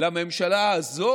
לממשלה הזאת